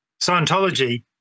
scientology